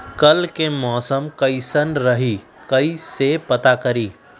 कल के मौसम कैसन रही कई से पता करी?